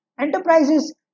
Enterprises